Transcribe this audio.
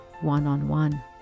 one-on-one